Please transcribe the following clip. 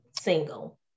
single